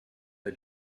the